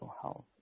health